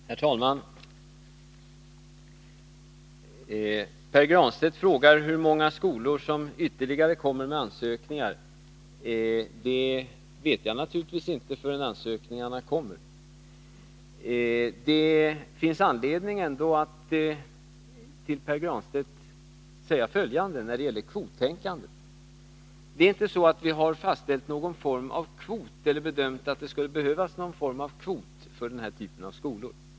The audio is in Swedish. Herr talman! Pär Granstedt frågar hur många ytterligare skolor som kommer att lämna in ansökningar. Det vet jag naturligtvis inte förrän ansökningarna kommer. Det finns anledning att till Pär Granstedt säga följande när det gäller kvottänkandet: Det är inte så att vi har fastställt någon form av kvot eller bedömt att det skulle behövas någon sådan för den här typen av skolor.